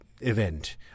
event